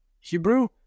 Hebrew